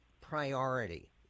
priority